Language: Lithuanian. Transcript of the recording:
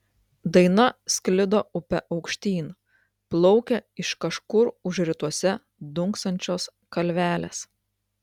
daina sklido upe aukštyn plaukė iš kažkur už rytuose dunksančios kalvelės